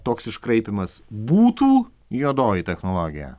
toks iškraipymas būtų juodoji technologija